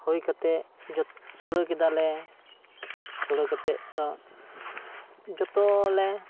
ᱦᱩᱭ ᱠᱟᱛᱮᱫ ᱡᱚᱛ ᱥᱳᱲᱮᱹ ᱠᱮᱫᱟ ᱞᱮ ᱥᱩᱬᱟᱹ ᱠᱟᱛᱮᱫ ᱫᱚ ᱡᱚᱛᱚ ᱞᱮ